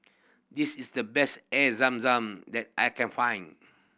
this is the best Air Zam Zam that I can find